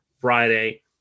Friday